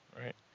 Right